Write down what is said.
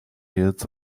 heels